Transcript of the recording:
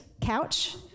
couch